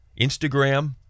Instagram